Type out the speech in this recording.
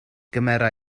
gymera